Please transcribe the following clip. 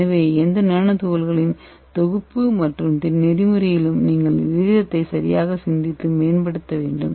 எனவே எந்த நானோ துகள்களின் தொகுப்பு நெறிமுறையிலும் நீங்கள் விகிதத்தை சரியாக சிந்தித்து மேம்படுத்த வேண்டும்